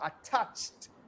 attached